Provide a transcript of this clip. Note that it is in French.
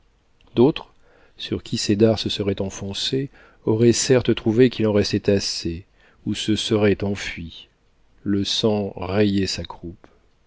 d'autres sur qui ces dards se seraient enfoncés auraient certes trouvé qu'il en restait assez ou se seraient enfuis le sang rayait sa croupe